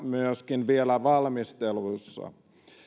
myöskin vielä valmisteluissa